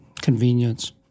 convenience